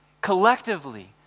Collectively